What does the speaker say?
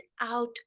out